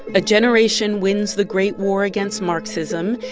a generation wins the great war against marxism,